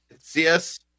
cs